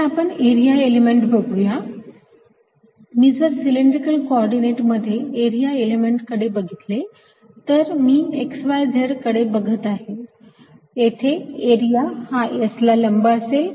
आता आपण area element बघूया मी जर सिलेंड्रिकल कोऑर्डिनेट मध्ये एरिया एलिमेंट कडे बघितले तर मी x y z कडे बघत आहे येथे एरिया हा S ला लंब असेल